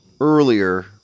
earlier